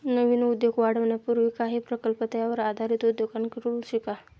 नवीन उद्योग वाढवण्यापूर्वी काही प्रकल्प त्यावर आधारित उद्योगांकडून शिका